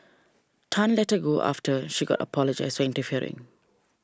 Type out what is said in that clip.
Tan let her go after she got apologised for interfering